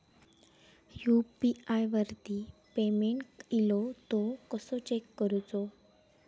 UPI वरती payment इलो तो कसो चेक करुचो?